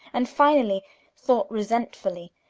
and finally thought resentfully,